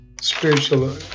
spiritual